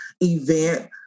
event